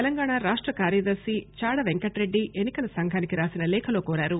తెలంగాణ రాష్ట కార్యదర్శి చాడా పెంకటరెడ్డి ఎన్సికల సంఘానికి రాసిన లేఖలో కోరారు